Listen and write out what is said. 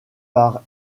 par